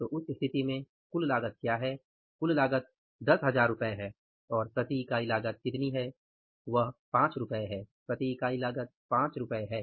तो उस स्थिति में कुल लागत क्या है कुल लागत 10000 रु है और प्रति इकाई लागत कितनी है वह 5 रु है